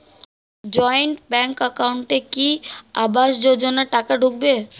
Joint bank একাউন্টে কি আবাস যোজনা টাকা ঢুকবে?